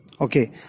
Okay